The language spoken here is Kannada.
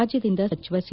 ರಾಜ್ಯದಿಂದ ಸಚಿವ ಸಿ